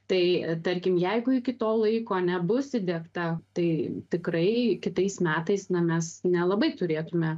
tai tarkim jeigu iki to laiko nebus įdiegta tai tikrai kitais metais na mes nelabai turėtume